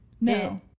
No